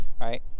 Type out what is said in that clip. right